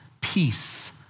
peace